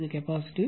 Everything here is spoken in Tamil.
3 var